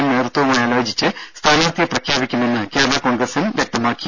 M നേതൃത്വവുമായി ആലോചിച്ച് സ്ഥാനാർത്ഥിയെ പ്രഖ്യാപിക്കുമെന്ന് കേരള കോൺഗ്രസ് എം വ്യക്തമാക്കി